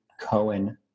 cohen